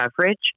coverage